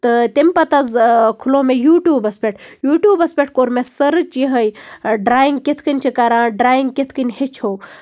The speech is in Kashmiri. تہٕ تَمہِ پَتہٕ حظ کھٕلو مےٚ یوٗٹیوٗبَس پٮ۪ٹھ یوٗٹیوٗبس پٮ۪ٹھ کوٚر مےٚ سٔرٕچ یِہوے ڈریِنگ کِتھ کٔنۍ چھِ کران ڈریِنگ کِتھ کٔنۍ ہٮ۪چھو